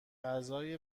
غذای